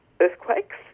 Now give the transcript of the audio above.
earthquakes